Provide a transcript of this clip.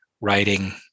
writing